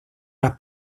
las